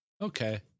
okay